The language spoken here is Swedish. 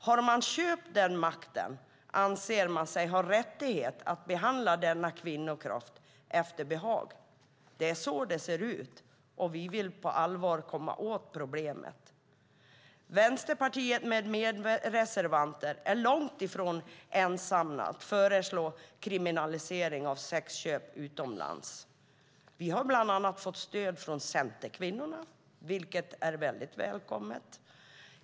Har man köpt den makten anser man sig ha rättighet att behandla denna kvinnokropp efter behag. Det är så det ser ut, och vi vill på allvar komma åt problemet. Vänsterpartiet med medreservanter är långt ifrån ensamt om att föreslå kriminalisering av sexköp utomlands. Vi har bland annat fått stöd från Centerkvinnorna, vilket är väldigt välkommet.